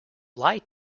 lie